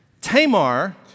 Tamar